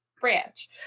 branch